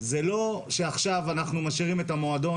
זה לא שעכשיו אנחנו משאירים את המועדון